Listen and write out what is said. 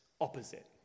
opposite